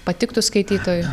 patiktų skaitytojui